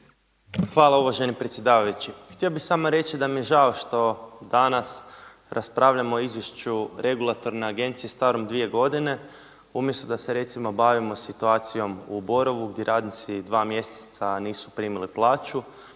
Hvala uvaženi predsjedavajući. Htio bih samo reći da mi je žao što danas raspravljamo o izvješću regulatorne agencije starom 2 godine umjesto da se recimo bavimo situacijom u Borovu gdje radnici 2 mjeseca nisu primili plaću